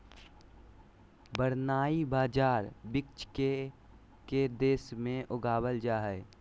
barnyard बाजरा विश्व के के देश में उगावल जा हइ